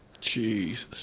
Jesus